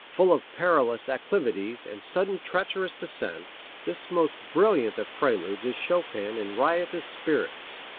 full of perilous acclivities and sudden treacherous descents, this most brilliant of preludes is chopin in riotous spirits.